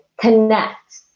connect